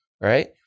Right